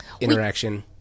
interaction